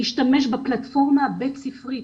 ללכת כמה צעדים אחורה ולהסביר להם,